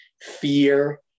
fear